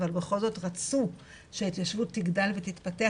אבל בכל זאת רצו שההתיישבות תגדל ותתפתח